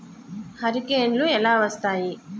హరికేన్లు ఎలా వస్తాయి?